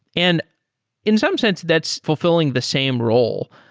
and in some sense, that's fulfilling the same role.